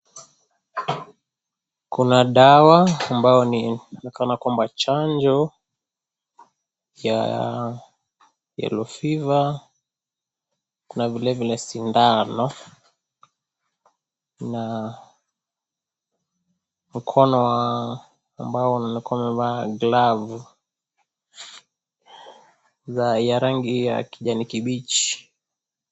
Kuna dawa ambayo ni inaonekana kwamba chanjo ya yellow fever , na vile vile sindano, na mkono wa ambao unaonekana umevaa glavu za ya rangi ya kijani kibichi.